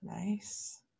Nice